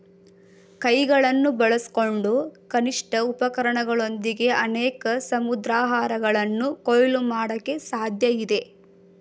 ಕೈಗಳನ್ನು ಬಳಸ್ಕೊಂಡು ಕನಿಷ್ಠ ಉಪಕರಣಗಳೊಂದಿಗೆ ಅನೇಕ ಸಮುದ್ರಾಹಾರಗಳನ್ನ ಕೊಯ್ಲು ಮಾಡಕೆ ಸಾಧ್ಯಇದೆ